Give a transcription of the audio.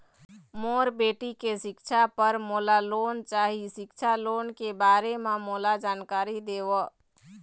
मोर बेटी के सिक्छा पर मोला लोन चाही सिक्छा लोन के बारे म मोला जानकारी देव?